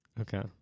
Okay